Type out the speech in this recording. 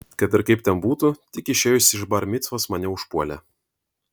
kad ir kaip ten būtų tik išėjusį iš bar micvos mane užpuolė